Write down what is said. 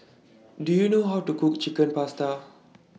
Do YOU know How to Cook Chicken Pasta